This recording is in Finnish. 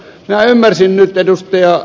minä ymmärsin nyt ed